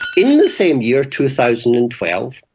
in the same year, two thousand and twelve,